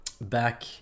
Back